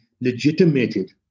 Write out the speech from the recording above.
legitimated